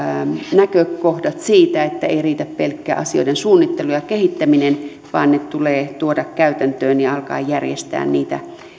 näkökohdat siitä että ei riitä pelkkä asioiden suunnittelu ja kehittäminen vaan tulee tuoda ne käytäntöön ja alkaa järjestää niitä